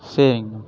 சரிங்ணா